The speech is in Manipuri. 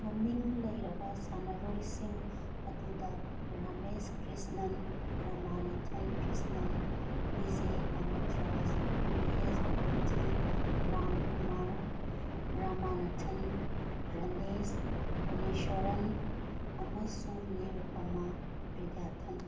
ꯃꯃꯤꯡ ꯂꯩꯔꯕ ꯁꯥꯟꯅꯔꯣꯏꯁꯤꯡ ꯑꯗꯨꯗ ꯔꯥꯃꯦꯁ ꯀ꯭ꯔꯤꯁꯅꯟ ꯔꯃꯥꯅꯥꯊꯟ ꯀ꯭ꯔꯤꯁꯅꯟ ꯕꯤ ꯖꯦ ꯑꯃꯤꯠ ꯔꯥꯖ ꯃꯍꯦꯁ ꯚꯨꯕꯇꯤ ꯔꯥꯝ ꯀꯨꯃꯥꯔ ꯔꯥꯃꯥꯅꯊꯟ ꯔꯃꯦꯁ ꯒꯨꯅꯦꯁꯣꯔꯟ ꯑꯃꯁꯨꯡ ꯅꯤꯔꯨꯄꯥꯃꯥ ꯕꯤꯗ꯭ꯌꯥꯊꯟ